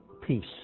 Peace